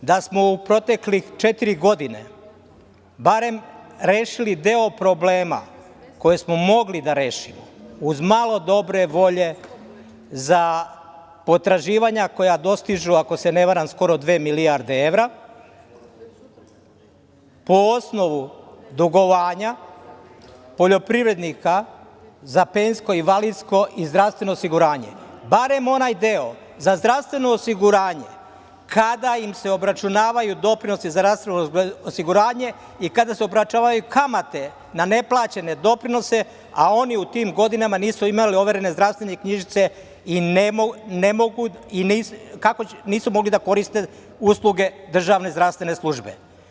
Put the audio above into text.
Drugo, bilo bi dobro da smo u proteklih četiri godine rešili barem deo problema koje smo mogli da rešimo, uz malo dobre volje za potraživanja koja dostižu, ako se ne varam, skoro dve milijarde evra, po osnovu dugovanja poljoprivrednika za penzijsko, invalidsko i zdravstveno osiguranje, barem onaj deo za zdravstveno osiguranje kada im se obračunavaju doprinosi za zdravstveno osiguranje i kada se obračunavaju kamate na neplaćene doprinose, a oni u tim godinama nisu imali overene zdravstvene knjižice i nisu mogli da koriste usluge državne zdravstvene službe.